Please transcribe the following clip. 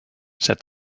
said